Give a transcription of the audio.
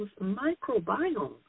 microbiome